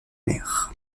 mer